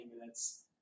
minutes